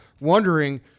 wondering